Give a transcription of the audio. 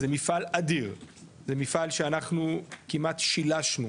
זה מפעל אדיר, זה מפעל שאנחנו כמעט שלשנו,